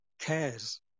cares